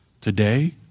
today